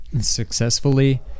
successfully